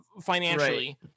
financially